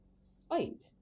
spite